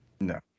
No